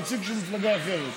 נציג של מפלגה אחרת.